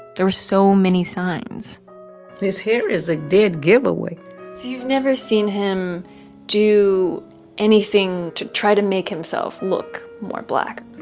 there were so many signs his hair is a dead giveaway so you've never seen him do anything to try to make himself look more black.